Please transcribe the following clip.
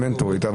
המנטורית.